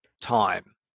time